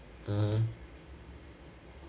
mmhmm